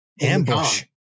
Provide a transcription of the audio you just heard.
ambush